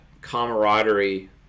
camaraderie